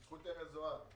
בזכות ארז אורעד.